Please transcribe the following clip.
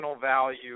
value